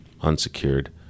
unsecured